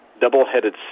double-headed